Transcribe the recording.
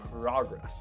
progress